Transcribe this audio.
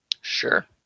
sure